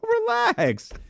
relax